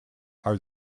are